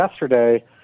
yesterday